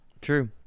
True